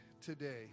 today